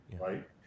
Right